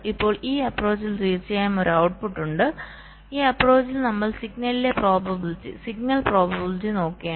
ഇപ്പോൾ ഈ അപ്പ്രോചിൽ തീർച്ചയായും ഒരു ഔട്ട്പുട്ട് ഉണ്ട് ഈ അപ്പ്രോചിൽ നമ്മൾ സിഗ്നൽ പ്രോബബിലിറ്റി നോക്കുകയാണ്